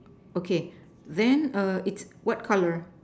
okay then err it's what color